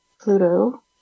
Pluto